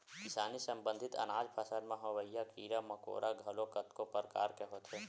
किसानी संबंधित अनाज फसल म होवइया कीरा मकोरा घलोक कतको परकार के होथे